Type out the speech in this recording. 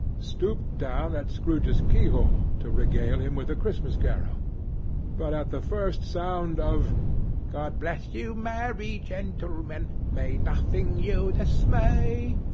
stooped down at scrooge's keyhole to regale him with a christmas carol but at the first sound of god bless you, merry gentleman! may nothing you dismay!